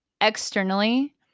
externally